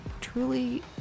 truly